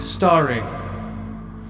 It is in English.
Starring